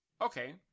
okay